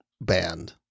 band